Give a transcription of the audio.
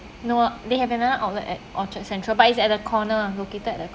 no they have another outlet at orchard central but it's at a corner located at the